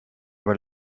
were